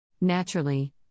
Naturally